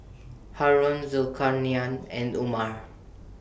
Haron Zulkarnain and Umar